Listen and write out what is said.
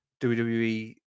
WWE